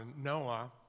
Noah